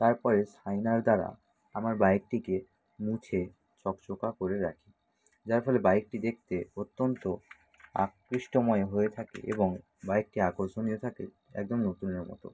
তার পরে শাইনার দ্বারা আমার বাইকটিকে মুছে চকচকে করে রাখি যার ফলে বাইকটি দেখতে অত্যন্ত আকৃষ্টময় হয়ে থাকে এবং বাইকটি আকর্ষণীয় থাকে একদম নতুনের মতো